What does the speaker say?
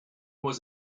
was